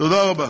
תודה רבה.